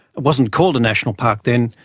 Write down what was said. it wasn't called a national park then,